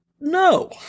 No